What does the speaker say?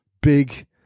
big